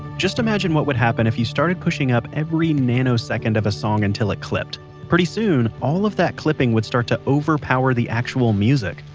just imagine what would happen if you started pushing up every nanosecond of a song until it clipped. pretty soon, all of that clipping would start to overpower the actual music.